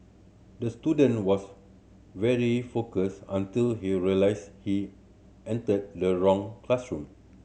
the student was very focus until he realised he entered the wrong classroom